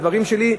הדברים שלי.